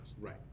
Right